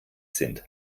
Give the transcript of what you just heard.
sind